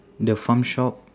the farm shop